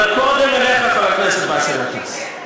אבל קודם אליך, חבר הכנסת באסל גטאס.